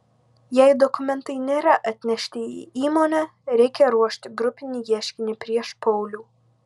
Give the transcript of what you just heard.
jei dokumentai nėra atnešti į įmonę reikia ruošti grupinį ieškinį prieš paulių